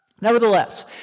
Nevertheless